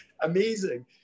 amazing